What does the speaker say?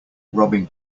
robbing